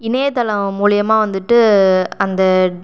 இணையதளம் மூலிமா வந்துட்டு அந்த